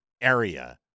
area